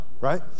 right